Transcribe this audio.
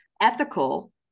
ethical